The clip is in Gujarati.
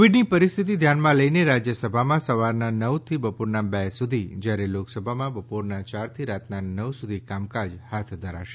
કોવિડની પરિસ્થિતી ધ્યાનમાં લઈને રાજ્યસભામાં સવારનાં નવથી બપોરનાં બે સુધી જ્યારે લોકસભામાં બપોરનાં ચારથી રાતનાં નવ સુધી કામકાજ હાથ ધરાશે